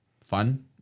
fun